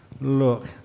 look